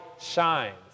shines